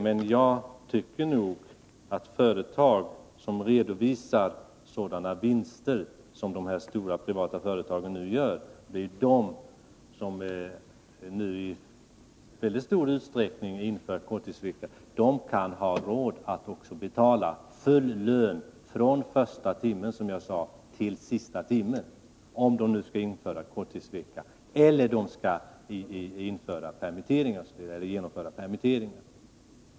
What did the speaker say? Men jag tycker nog att företag, som redovisar sådana vinster som de stora privata företagen nu gör och som i väldigt stor utsträckning har infört korttidsvecka, har råd att också betala full lön från första timmen till sista timmen vid korttidsvecka eller permitteringar.